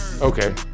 Okay